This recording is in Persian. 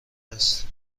است